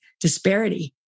disparity